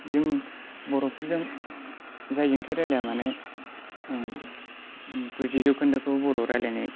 जों बर'फोरजों जायजोंखि रायलाया मानो ओं गुजि जौखोन्दोखौ बर' रायलायनाय